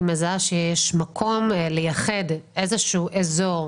היא מזהה שיש מקום לייחד איזשהו אזור,